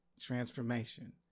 transformation